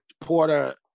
Porter